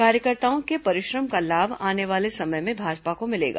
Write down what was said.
कार्यकर्ताओं के परिश्रम का लाभ आने वाले समय में भाजपा को मिलेगा